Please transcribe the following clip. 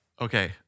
Okay